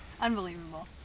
Unbelievable